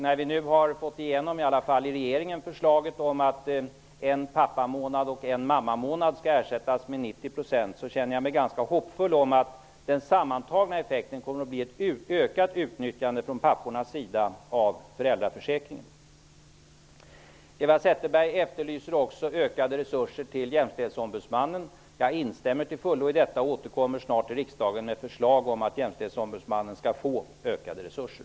När vi nu, i alla fall i regeringen, har fått igenom förslaget om att en pappamånad och en mammamånad skall ersättas med 90 % så känner jag mig ganska hoppfull om att den sammantagna effekten skall bli ett ökat utnyttjande av föräldraförsäkringen från pappornas sida. Eva Zetterberg efterlyser också ökade resurser till Jämställdhetsombudsmannen. Jag instämmer till fullo i detta och återkommer snart till riksdagen med förslag om att Jämställdhetsombudsmannen skall få ökade resurser.